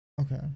okay